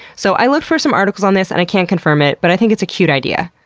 so i looked for some articles on this and i can't confirm it, but i think it's a cute idea,